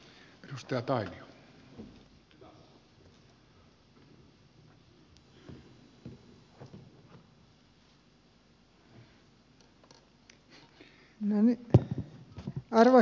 arvoisa herra puhemies